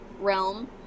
realm